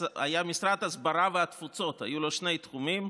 היה משרד הסברה והתפוצות, היו לו שני תחומים,